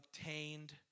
obtained